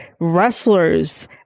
wrestlers